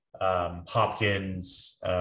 Hopkins